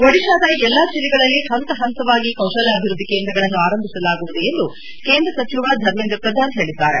ಒದಿಶಾದ ಎಲ್ಲ ಜಿಲ್ಲೆಗಳಲ್ಲಿ ಹಂತ ಹಂತವಾಗಿ ಕೌಶಲ್ಯಾಭಿವೃದ್ದಿ ಕೇಂದ್ರಗಳನ್ನು ಆರಂಭಿಸಲಾಗುವುದು ಎಂದು ಕೇಂದ್ರ ಸಚಿವ ಧರ್ಮೇಂದ್ರ ಪ್ರಧಾನ್ ಹೇಳಿದ್ದಾರೆ